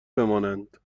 بمانند